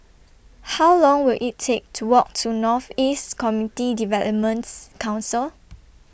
How Long Will IT Take to Walk to North East Community Developments Council